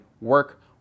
work